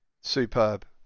Superb